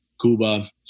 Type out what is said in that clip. Cuba